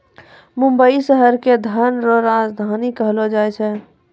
मुंबई शहर के धन रो राजधानी कहलो जाय छै